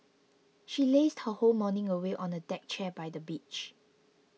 she lazed her whole morning away on a deck chair by the beach